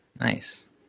Nice